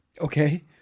okay